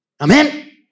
Amen